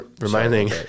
reminding